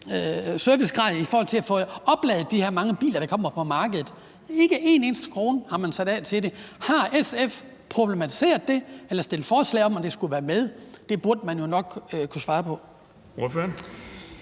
service med hensyn til at få opladet de her mange biler, der kommer på markedet – ikke en eneste krone har man sat af til det. Har SF problematiseret det eller stillet forslag om, at det skulle være med? Det burde man jo nok kunne svare på.